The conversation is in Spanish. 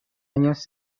años